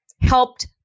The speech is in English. helped